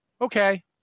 okay